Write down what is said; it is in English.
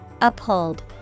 uphold